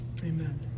Amen